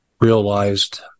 realized